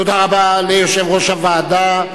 תודה רבה ליושב-ראש הוועדה.